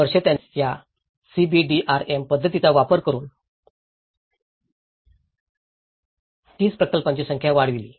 वर्षे त्यांनी या सीबीडीआरएम पद्धतीचा वापर करून 30 प्रकल्पांची संख्या वाढविली